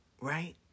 right